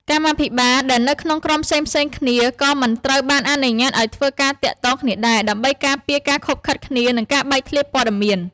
កម្មាភិបាលដែលនៅក្រុមផ្សេងៗគ្នាក៏មិនត្រូវបានអនុញ្ញាតឱ្យធ្វើការទាក់ទងគ្នាដែរ ដើម្បីការពារការឃុបឃិតគ្នា និងការបែកធ្លាយព័ត៌មាន។